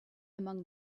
among